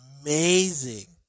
amazing